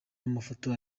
amafoto